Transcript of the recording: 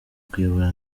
kuyobora